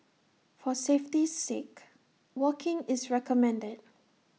for safety's sake walking is recommended